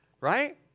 Right